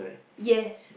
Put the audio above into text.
yes